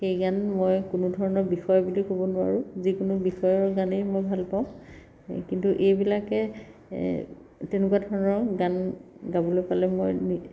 সেই গান মই কোনো ধৰণৰ বিষয় বুলি ক'ব নোৱাৰোঁ যিকোনো বিষয়ৰ গানেই মই ভাল পাওঁ কিন্তু এইবিলাকে তেনেকুৱা ধৰণৰ গান গাবলৈ পালে মই